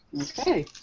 Okay